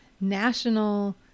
national